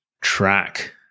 track